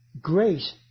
grace